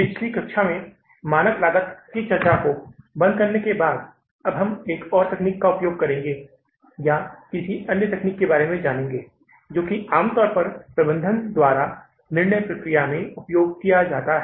पिछली कक्षा में मानक लागत की चर्चा को बंद करने के बाद अब हम एक और तकनीक का उपयोग करेंगे या किसी अन्य तकनीक के बारे में जानेंगे जो कि आमतौर पर प्रबंधन द्वारा निर्णय प्रक्रिया में उपयोग किया जाता है